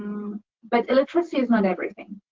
but electricity is not everything.